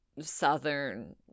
Southern